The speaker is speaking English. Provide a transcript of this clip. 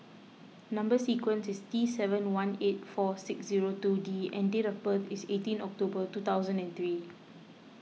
Number Sequence is T seven one eight four six zero two D and date of birth is eighteen October two thousand and three